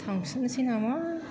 थांफिननोसै नामा